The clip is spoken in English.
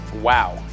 wow